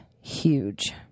huge